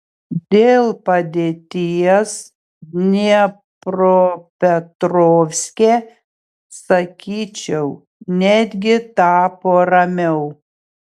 dėl padėties dniepropetrovske sakyčiau netgi tapo ramiau